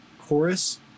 chorus